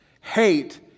Hate